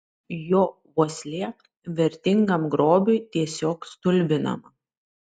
jo uoslė vertingam grobiui tiesiog stulbinama